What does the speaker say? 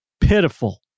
pitiful